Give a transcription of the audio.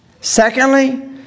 Secondly